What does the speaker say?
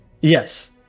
Yes